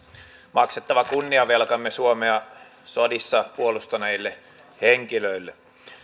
maksettava kunniavelkamme suomea sodissa puolustaneille henkilöille